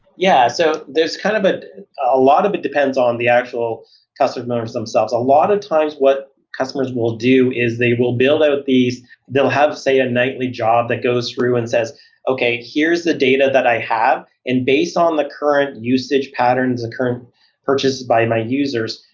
yeah. so kind of ah a lot of it depends on the actual customers themselves. a lot of times what customers will do is they will build out these they'll have say a nightly job that goes through and says okay, here's the data that i have. and based on the current usage patterns, or current purchases by my users,